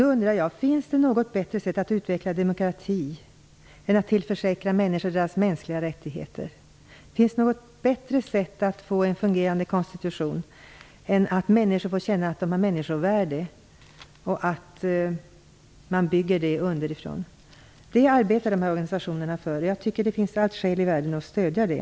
Jag undrar då: Finns det något bättre sätt att utveckla demokrati än att tillförsäkra människor deras mänskliga rättigheter? Finns det något bättre sätt att få en fungerande konstitution än att människor får känna att de har människovärde och att det byggs upp underifrån? Dessa organisationer arbetar för det, och jag tycker att det finns alla skäl i världen att stödja det.